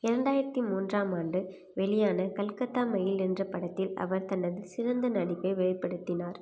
இரண்டாயிரத்தி மூன்றாம் ஆண்டு வெளியான கல்கத்தா மெயில் என்ற படத்தில் அவர் தனது சிறந்த நடிப்பை வெளிப்படுத்தினார்